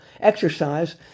exercise